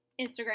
Instagram